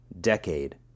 decade